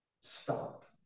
Stop